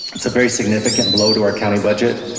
that's a very significant blow to our county budget.